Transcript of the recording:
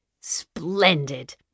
Splendid